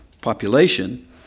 population